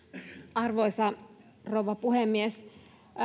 arvoisa rouva puhemies